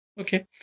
Okay